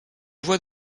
voit